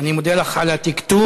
אני מודה לך על התקתוק.